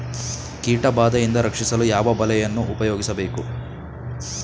ಕೀಟಬಾದೆಯಿಂದ ರಕ್ಷಿಸಲು ಯಾವ ಬಲೆಯನ್ನು ಉಪಯೋಗಿಸಬೇಕು?